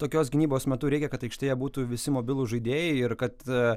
tokios gynybos metu reikia kad aikštėje būtų visi mobilūs žaidėjai ir kad